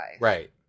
Right